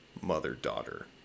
mother-daughter